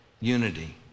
unity